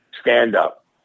stand-up